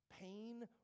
pain